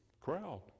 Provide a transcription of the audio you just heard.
crowd